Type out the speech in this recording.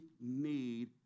need